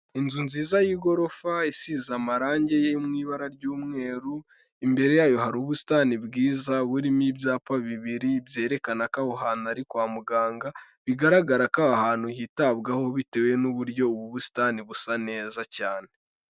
Inzu nziza y'igorofa isize amarangi yo mu ibara ry'umweru, imbere yayo hari ubusitani bwiza burimo ibyapa bibiri byerekana ko aho hantu ari kwa muganga, bigaragara ko aho hantu hitabwaho bitewe n'uburyo ubu busitani busa neza cyane.